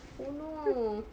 oh no